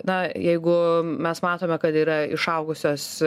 na jeigu mes matome kad yra išaugusios